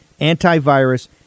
antivirus